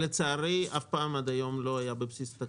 לצערי אף פעם עד היום זה לא היה בבסיס התקציב.